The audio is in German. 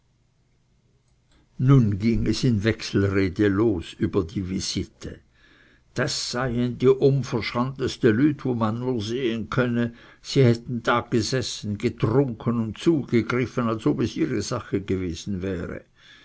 nun ging es in wechselrede los über die visite das seien die uverschanteste lüt wo man nur sehen könne sie hätten da gegessen getrunken und zugegriffen als ob es ihre sache gewesen wäre